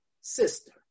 sister